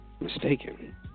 mistaken